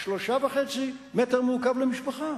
3.5 מטרים מעוקבים למשפחה?